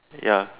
ya